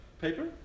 paper